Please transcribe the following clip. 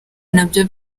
nabyo